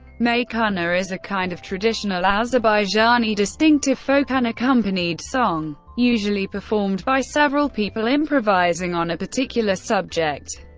meykhana is a kind of traditional azerbaijani distinctive folk unaccompanied song, usually performed by several people improvising on a particular subject.